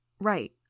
Right